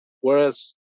Whereas